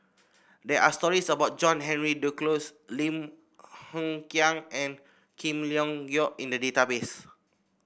there are stories about John Henry Duclos Lim Hng Kiang and King Leong Geok in the database